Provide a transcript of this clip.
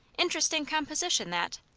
interesting composition, that!